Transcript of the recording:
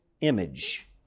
image